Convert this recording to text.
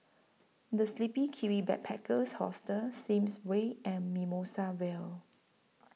The Sleepy Kiwi Backpackers Hostel Sims Way and Mimosa Vale